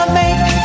make